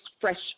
fresh